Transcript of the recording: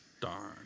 Darn